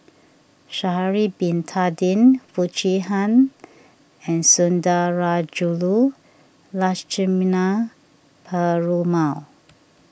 Sha'ari Bin Tadin Foo Chee Han and Sundarajulu Lakshmana Perumal